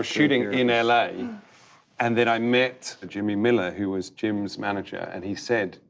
shooting in la and then i met jimmy miller who was jim's manager and he said,